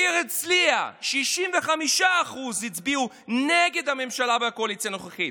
בעיר הרצליה 65% הצביעו נגד הממשלה והקואליציה הנוכחית,